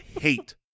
hate